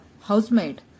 housemaid